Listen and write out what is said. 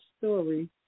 story